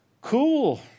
Cool